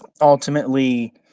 ultimately